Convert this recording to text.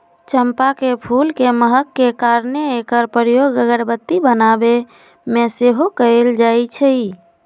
चंपा के फूल के महक के कारणे एकर प्रयोग अगरबत्ती बनाबे में सेहो कएल जाइ छइ